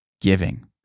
giving